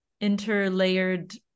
interlayered